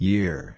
Year